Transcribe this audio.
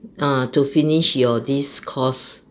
ah to finish your this course